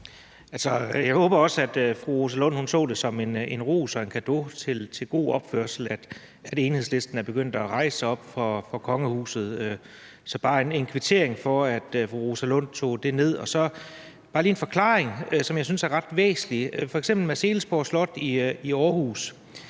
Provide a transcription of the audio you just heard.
Jeg håber også, fru Rosa Lund så det som en ros og en cadeau for god opførsel, fordi Enhedslisten er begyndt at rejse sig op for kongehuset. Så det er bare en kvittering for, at fru Rosa Lund tog det ned. Så vil jeg bare lige komme med en forklaring, som jeg synes er ret væsentlig. F.eks. er Marselisborg Slot i Aarhus